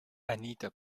anita